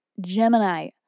Gemini